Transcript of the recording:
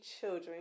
children